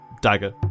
dagger